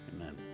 amen